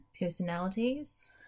Personalities